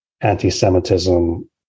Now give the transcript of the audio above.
anti-Semitism